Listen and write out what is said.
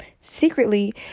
Secretly